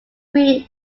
green